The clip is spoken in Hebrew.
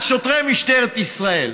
על שוטרי משטרת ישראל.